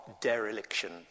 dereliction